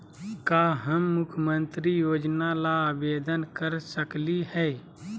का हम मुख्यमंत्री योजना ला आवेदन कर सकली हई?